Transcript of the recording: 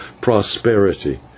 prosperity